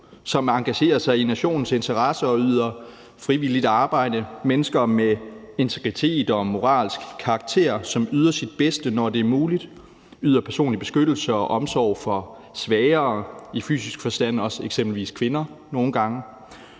som engagerer sig i nationens interesse og yder frivilligt arbejde, mennesker med integritet og moralsk karakter, som yder sit bedste, når det er muligt, yder personlig beskyttelse og omsorg for svagere i fysisk forstand, også eksempelvis kvinder, nogle gange.